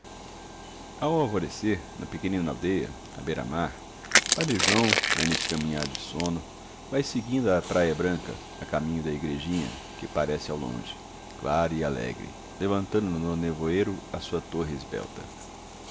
ao alvorecer na pequenina aldeia à beira-mar padre joão ainda estremunhado de sono vai seguindo a praia branca a caminho da igrejinha que parece ao longe clara e alegre levantando no nevoeiro a sua torre esbelta